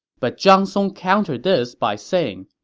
but zhang song countered this by saying,